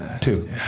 Two